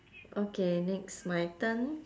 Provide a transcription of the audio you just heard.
okay next my turn